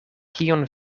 kion